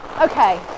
okay